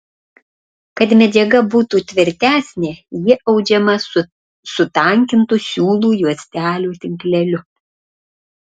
kad medžiaga būtų tvirtesnė ji audžiama su sutankintu siūlų juostelių tinkleliu